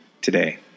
Today